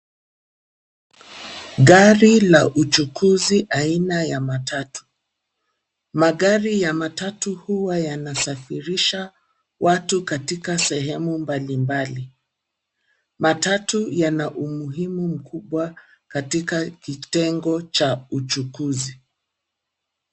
Gari la uchukuzi aina ya matatu, magari ya matatu huwa yanasafirisha watu katika sehemu mbalimbali, matatu yana umuhimu mkubwa katika kitengo cha uchukuzi.